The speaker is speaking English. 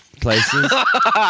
places